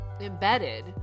embedded